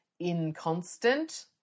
inconstant